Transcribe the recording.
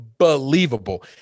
Unbelievable